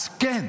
אז כן,